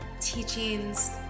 teachings